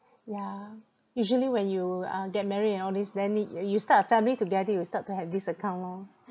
yeah usually when you uh get married and all these then need y~ you start a family together you will start to have this account lor